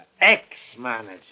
Ex-manager